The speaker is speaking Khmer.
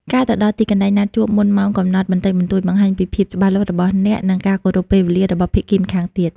ការទៅដល់ទីកន្លែងណាត់ជួបមុនម៉ោងកំណត់បន្តិចបន្តួច បង្ហាញពីភាពច្បាស់លាស់របស់អ្នក និងការគោរពពេលវេលារបស់ភាគីម្ខាងទៀត។